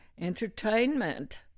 entertainment